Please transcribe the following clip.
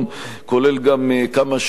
כולל גם כמה שינויים,